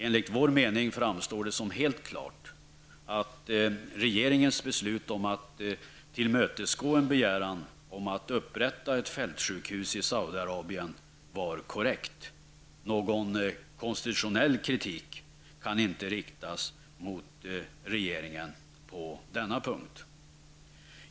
Enligt vår mening framstår det som helt klart att regeringens beslut att tillmötesgå en begäran om att upprätta ett fältsjukhus i Saudi Arabien var korrekt. Någon konstitutionell kritik kan inte riktas mot regeringen på denna punkt.